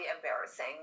embarrassing